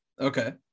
Okay